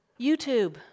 YouTube